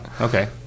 okay